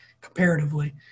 comparatively